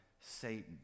Satan